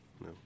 No